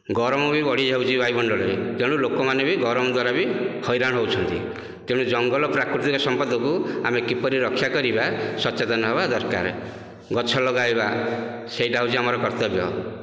ଗରମ ବି ବଢ଼ିଯାଉଛି ବାୟୁମଣ୍ଡଳରେ ତେଣୁ ଲୋକମାନେ ବି ଗରମ ଦ୍ଵାରା ବି ହଇରାଣ ହେଉଛନ୍ତି ତେଣୁ ଜଙ୍ଗଲ ପ୍ରାକୃତିକ ସମ୍ପଦକୁ ଆମେ କିପରି ରକ୍ଷା କରିବା ସଚେତନ ହେବା ଦରକାର ଗଛ ଲଗାଇବା ସେଇଟା ହେଉଛି ଆମର କର୍ତ୍ତବ୍ୟ